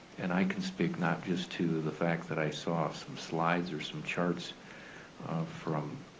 and i can speak not just to the fact that i saw some slides or some charts from